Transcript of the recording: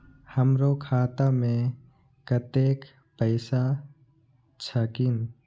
हमरो खाता में कतेक पैसा छकीन?